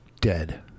Dead